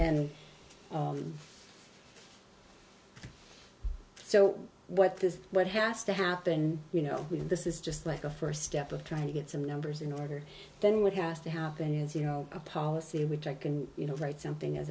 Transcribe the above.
and so what this what has to happen you know with this is just like a first step of trying to get some numbers in order then what has to happen is you know a policy which i can you know write something as